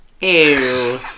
Ew